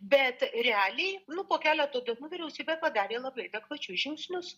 bet realiai nu po keleto dienų vyriausybė padarė labai adekvačius žingsnius